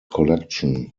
collection